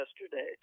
yesterday